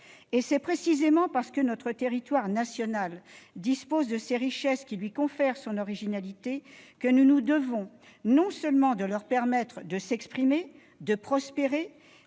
C'est précisément parce que notre territoire national dispose de ces richesses, qui lui confèrent son originalité, que nous devons leur permettre de s'exprimer et de prospérer,